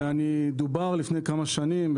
ודובר לפני כמה שנים,